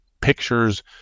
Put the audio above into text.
pictures